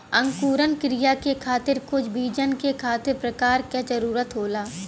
अंकुरण क्रिया के खातिर कुछ बीजन के खातिर प्रकाश क जरूरत होला